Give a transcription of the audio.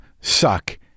suck